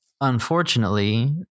Unfortunately